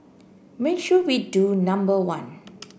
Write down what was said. make sure we do number one